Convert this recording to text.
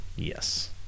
Yes